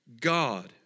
God